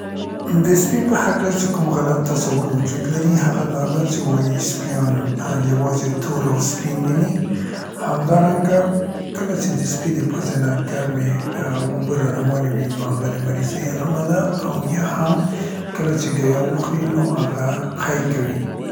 د سپي په هکله چې کوم غلط تصور وجود لري هغه دا ده چې وايي: سپیان ا یوازې تور او سپین ویني، همدارنګه کله چې د سپي د پزې نه ګرمې اوبه راروانې وي نو هغه د مریضۍ علامه ده او یا هم کله چې ګیا وخوري نو هغه قی کوي.